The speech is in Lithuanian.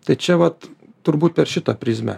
tai čia vat turbūt per šitą prizmę